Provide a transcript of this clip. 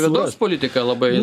vidaus politika labai